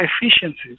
efficiencies